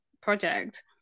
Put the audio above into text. project